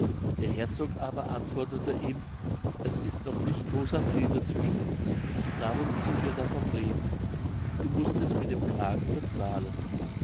der herzog aber antwortete ihm es ist noch nicht großer friede zwischen uns darum müssen wir davon reden du mußt es mit dem kragen bezahlen